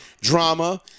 drama